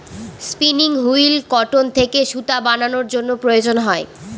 spinning wheel cotton থেকে সুতা বানানোর জন্য প্রয়োজন হয়